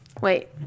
Wait